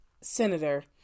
senator